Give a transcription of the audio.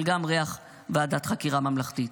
אבל גם ריח ועדת חקירה ממלכתית.